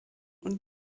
und